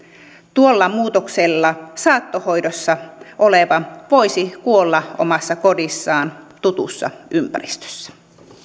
tuolla muutoksella saattohoidossa oleva voisi kuolla omassa kodissaan tutussa ympäristössä